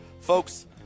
Folks